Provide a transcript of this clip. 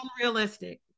unrealistic